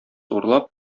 урлап